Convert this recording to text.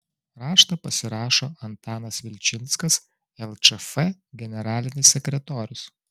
raštą pasirašo antanas vilčinskas lčf generalinis sekretorius